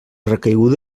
recaiguda